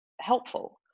helpful